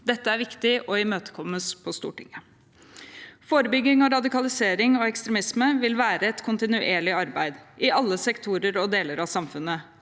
Dette er viktig og imøtekommes på Stortinget. Forebygging av radikalisering og ekstremisme vil være et kontinuerlig arbeid i alle sektorer og deler av samfunnet.